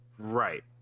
right